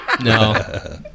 No